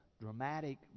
dramatic